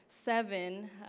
seven